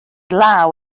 law